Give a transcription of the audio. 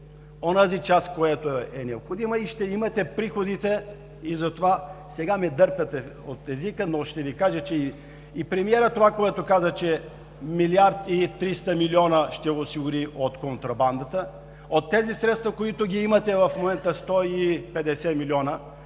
онази част, която е необходима, и ще имате приходите, и затова сега ми дърпате от езика, но ще Ви кажа, че и премиерът това, което каза, че 1 мрлд. 300 милиона ще осигури от контрабандата, от тези средства, които ги имате в момента – 150 милиона,